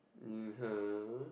mmhmm